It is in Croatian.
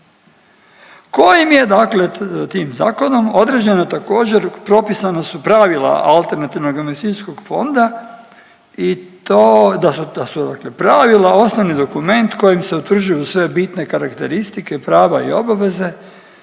kojim je dakle tim zakonom određeno također propisana su pravila alternativnog investicijskih fonda i to da su, da su dakle pravila osnovni dokument kojim se utvrđuju sve bitne karakteristike prava i obaveze